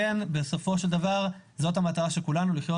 בסופו של דבר המטרה של כולנו לחיות